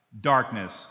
Darkness